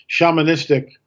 shamanistic